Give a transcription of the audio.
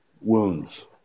wounds